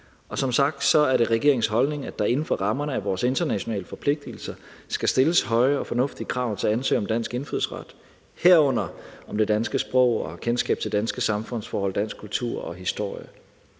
Som sagt, er det regeringens holdning, at der inden for rammerne af vores internationale forpligtelser skal stilles høje og fornuftige krav til ansøgere om dansk indfødsret, herunder om det danske sprog og kendskab til danske samfundsforhold, dansk kultur og historie.